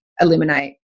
eliminate